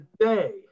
today